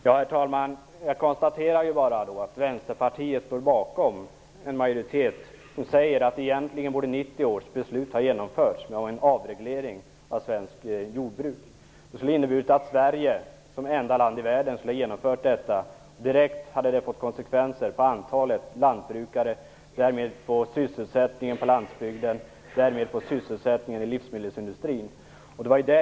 Herr talman! Jag konstaterar bara att Vänsterpartiet står bakom en majoritet som säger att 1990 års beslut egentligen borde ha genomförts med en avreglering av svenskt jordbruk. Det skulle ha inneburit att Sverige skulle vara det enda land i världen som skulle ha genomfört en sådan. Det hade direkt fått konsekvenser i fråga om antalet lantbrukare. Därmed skulle det också få konsekvenser för sysselsättningen på landsbygden och på sysselsättningen i livsmedelsindustrin.